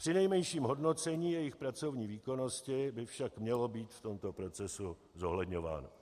Přinejmenším hodnocení jejich pracovní výkonnosti by mělo být v tomto procesu zohledňováno.